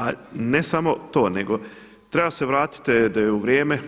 A ne samo to nego treba se vratiti da je u vrijeme